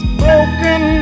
broken